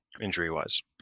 injury-wise